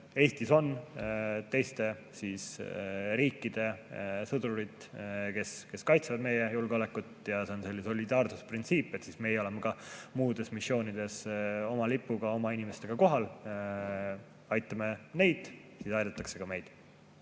Eestis on teiste riikide sõdurid, kes kaitsevad meie julgeolekut. Ja see on solidaarsusprintsiip, et me oleme ka muudel missioonidel oma lipuga, oma inimestega kohal. Meie aitame neid ja siis aidatakse ka meid.